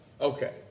Okay